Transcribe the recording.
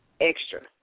extra